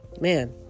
man